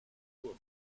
will